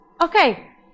okay